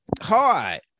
Hi